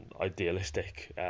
idealistic